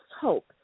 hope